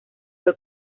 fue